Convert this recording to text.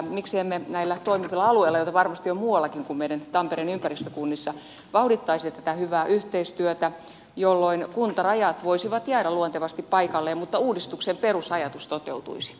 miksi emme näillä toimivilla alueilla joita varmasti on muuallakin kuin meidän tampereen ympäristökunnissa vauhdittaisi tätä hyvää yhteistyötä jolloin kuntarajat voisivat jäädä luontevasti paikalleen mutta uudistuksen perusajatus toteutuisi